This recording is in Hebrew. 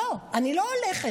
לא, אני לא הולכת.